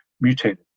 mutated